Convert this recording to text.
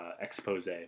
expose